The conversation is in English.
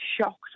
shocked